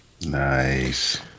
nice